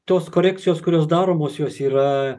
tos korekcijos kurios daromos jos yra